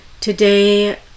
Today